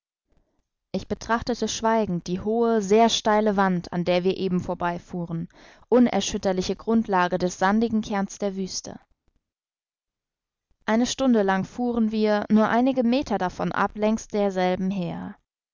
ich betrachtete schweigend die hohe sehr steile wand an welcher wir eben vorbeifuhren unerschütterliche grundlage des sandigen kerns der küste eine stunde lang fuhren wir nur einige meter davon ab längs derselben her